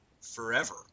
forever